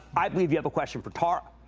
i believe you have a question for tara.